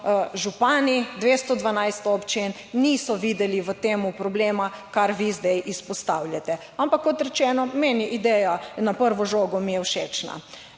župani 212 občin niso videli v tem problema, kar vi zdaj izpostavljate. Ampak kot rečeno, meni ideja na prvo žogo mi je všečna.